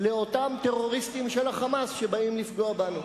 לאותם טרוריסטים של ה"חמאס" שבאים לפגוע בנו.